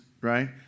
right